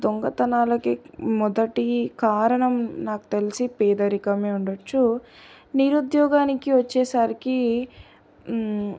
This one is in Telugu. దొంగతనాలకి మొదటి కారణం నాకు తెలిసి పేదరికమే ఉండొచ్చు నిరుద్యోగానికి వచ్చేసరికి